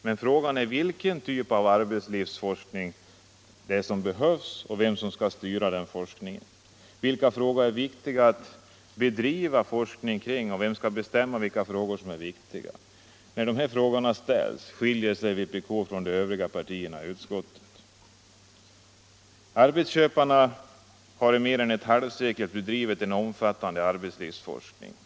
Men frågan är vilken typ av arbetslivsforskning som behövs, och vem som skall styra den forskningen. Vilka frågor är viktiga att bedriva forskning kring, och vem skall bestämma vilka frågor som är viktiga? När dessa frågor ställs skiljer sig vpk från de övriga partierna i utskottet. Arbetsköparna har i mer än ett halvsekel bedrivit en omfattande arbetslivsforskning.